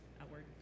outward